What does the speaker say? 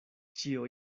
ĉio